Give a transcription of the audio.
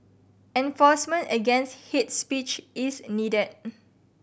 enforcement against hate speech is needed